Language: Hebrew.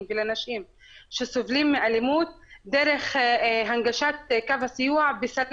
ולנשים שסובלים מאלימות דרך הנגשת קו הסיוע וסלי